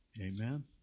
Amen